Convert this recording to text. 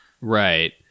Right